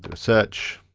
search.